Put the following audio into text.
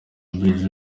bridge